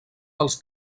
dels